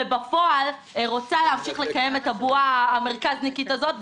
ובפועל רוצה להמשיך לקיים את הבועה המרכזניקית הזאת,